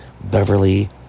Beverly